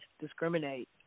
discriminate